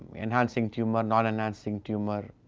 enhancing tumour, non-enhancing tumour,